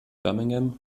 birmingham